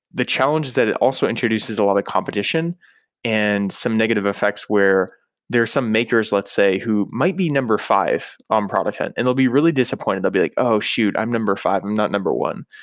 the challenges that it also introduces a lot of competition and some negative effects where there are some makers, let's say, who might be number five on product hunt, and they'll be really disappointed. they'll be like, oh, shoot! i'm number five. i'm not number one.